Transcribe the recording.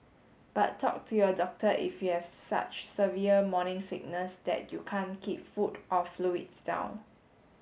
but talk to your doctor if you have such severe morning sickness that you can't keep food or fluids down